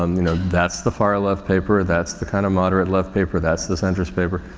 um you know, that's the far left paper, that's the kind of moderate left paper, that's the centrist paper.